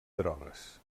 drogues